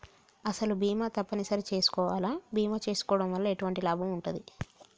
అసలు బీమా తప్పని సరి చేసుకోవాలా? బీమా చేసుకోవడం వల్ల ఎటువంటి లాభం ఉంటది?